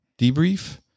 debrief